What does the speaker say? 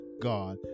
God